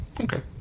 Okay